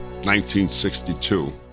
1962